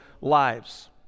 lives